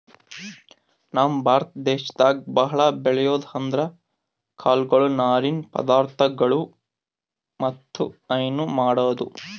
ನಮ್ ಭಾರತ ದೇಶದಾಗ್ ಭಾಳ್ ಬೆಳ್ಯಾದ್ ಅಂದ್ರ ಕಾಳ್ಗೊಳು ನಾರಿನ್ ಪದಾರ್ಥಗೊಳ್ ಮತ್ತ್ ಹೈನಾ ಮಾಡದು